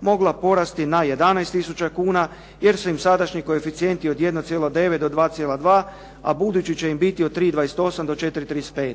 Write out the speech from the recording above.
mogla porasti na 11 tisuća kuna jer su im sadašnji koeficijenti od 1.9 do 2.2., a budući će im biti od 3.28, do 4.35.